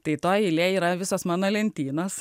tai toji eilė yra visos mano lentynos